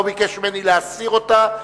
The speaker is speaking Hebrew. ולא ביקש ממני להסיר אותה.